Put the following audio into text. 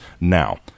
Now